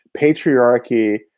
patriarchy